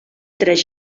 tres